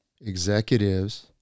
executives